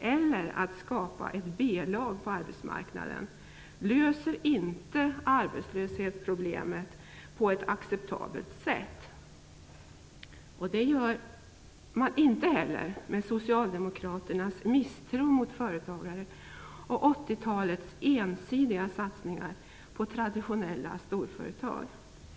eller att skapa ett B lag på arbetsmarknaden, löser inte arbetslöshetsproblemet på ett acceptabelt sätt. Det gör man inte heller med socialdemokraternas misstro mot företagare och 80-talets ensidiga satsningar på traditionella storföretag.